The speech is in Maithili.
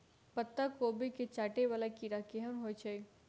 पत्ता कोबी केँ चाटय वला कीड़ा केहन होइ छै?